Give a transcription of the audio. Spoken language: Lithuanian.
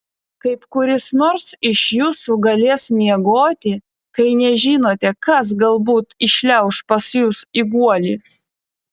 kaip kuris nors iš jūsų galės miegoti kai nežinote kas galbūt įšliauš pas jus į guolį